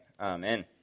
Amen